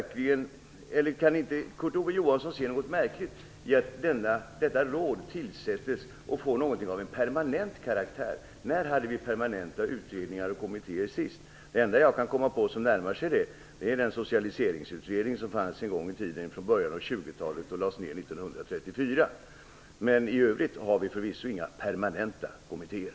Kan inte Kurt Ove Johansson se något märkligt i att detta råd tillsättes och får någonting av en permanent karaktär? När hade vi permanenta utredningar och kommittéer sist? Det enda jag kan komma på som närmar sig det är den socialiseringsutredning som fanns en gång i tiden, från början av 20 talet, och lades ned 1934. I övrigt har vi förvisso inga permanenta kommittéer.